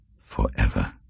forever